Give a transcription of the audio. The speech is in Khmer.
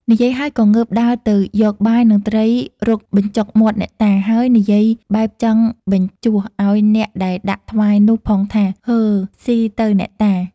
និយាយហើយ ក៏ងើបដើរទៅយកបាយ និងត្រីរុកបញ្ចុកមាត់អ្នកតា ហើយនិយាយបែបចង់បញ្ជោះឲ្យអ្នកដែលដាក់ថ្វាយនោះផងថា "ហឺ ស៊ីទៅអ្នកតា! ។